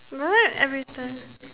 every time